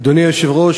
אדוני היושב-ראש,